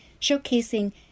showcasing